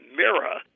mirror